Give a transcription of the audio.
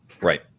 Right